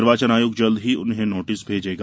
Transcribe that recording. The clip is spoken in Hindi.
निर्वाचन आयोग जल्द ही उन्हें नोटिस भेजेगा